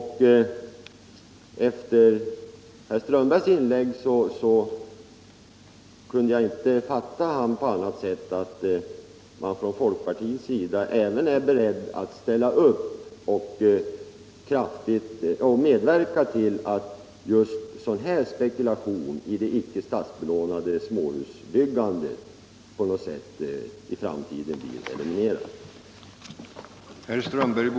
Herr Strömbergs i Botkyrka inlägg kan jag inte uppfatta på annat sätt än att man även inom folkpartiet är beredd att ställa upp och medverka till att sådan spekulation i det icke statsbelånade småhusbyggandet i framtiden blir omöjlig.